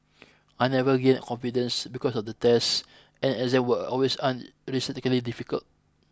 I never gained confidence because of the tests and exams were always unrealistically difficult